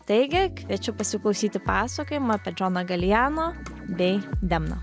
taigi kviečiu pasiklausyti pasakojimų apie džoną galijano bei demno